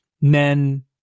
men